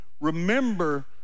Remember